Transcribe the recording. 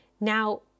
Now